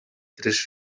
tres